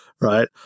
right